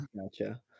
Gotcha